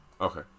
Okay